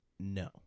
No